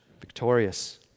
victorious